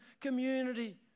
community